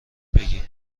بگی